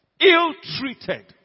ill-treated